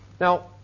Now